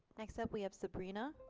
next up we have sebrena